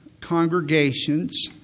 congregations